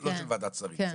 לא של ועדת השרים,